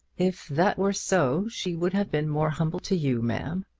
if that were so, she would have been more humble to you, ma'am.